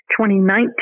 2019